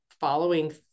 following